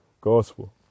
gospel